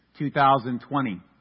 2020